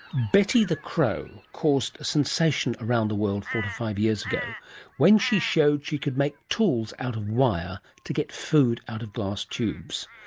betty the crow caused a sensation around the world four to five years when she showed she could make tools out of wire to get food out of glass tubes.